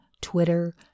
Twitter